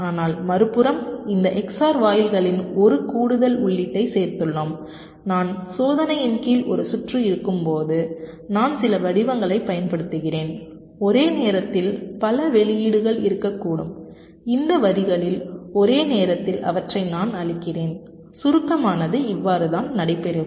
ஆனால் மறுபுறம் இந்த XOR வாயில்களின் ஒரு கூடுதல் உள்ளீட்டைச் சேர்த்துள்ளோம் நான் சோதனையின் கீழ் ஒரு சுற்று இருக்கும்போது நான் சில வடிவங்களைப் பயன்படுத்துகிறேன் ஒரே நேரத்தில் பல வெளியீடுகள் இருக்கக்கூடும் இந்த வரிகளில் ஒரே நேரத்தில் அவற்றை நான் அளிக்கிறேன் சுருக்கமானது இவ்வாறு தான் நடைபெறும்